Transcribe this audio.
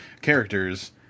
characters